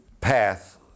path